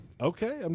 Okay